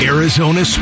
Arizona